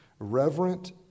reverent